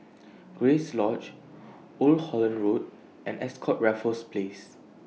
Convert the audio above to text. Grace Lodge Old Holland Road and Ascott Raffles Place